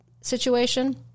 situation